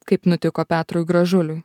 kaip nutiko petrui gražuliui